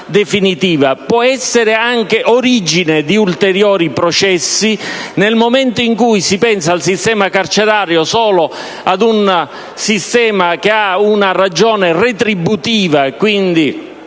può essere anche origine di ulteriori processi, nel momento in cui si pensa al sistema carcerario solo come ad un sistema che ha una ragione retributiva e quindi